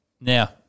Now